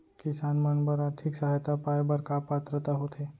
किसान मन बर आर्थिक सहायता पाय बर का पात्रता होथे?